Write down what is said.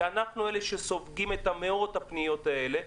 כי אנחנו אלה שסופגים את המאות הפניות האלה.